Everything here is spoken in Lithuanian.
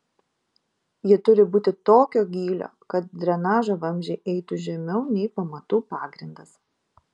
ji turi būti tokio gylio kad drenažo vamzdžiai eitų žemiau nei pamatų pagrindas